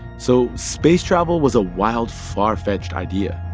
so space travel was a wild, far-fetched idea.